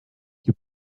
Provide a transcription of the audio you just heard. you